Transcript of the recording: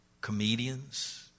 comedians